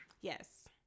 Yes